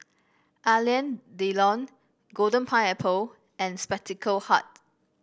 Alain Delon Golden Pineapple and Spectacle Hut